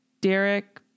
Derek